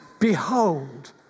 Behold